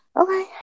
Okay